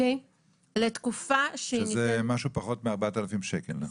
לתקופה --- שזה פחות מ-4000 שקל, לא?